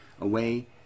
away